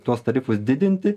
tuos tarifus didinti